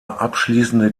abschließende